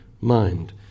mind